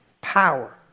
Power